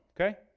Okay